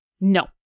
No